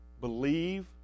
Believe